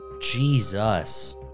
Jesus